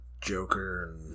Joker